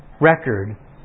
record